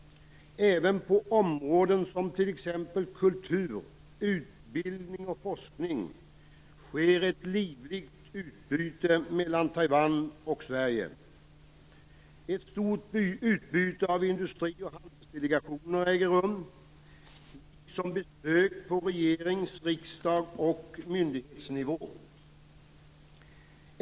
Även på områden som t.ex. kultur, utbildning och forskning sker ett livligt utbyte mellan Taiwan och Sverige. Ett stort utbyte av industri och handelsdelegationer äger rum liksom besök på regerings-, riksdags och myndighetsnivå.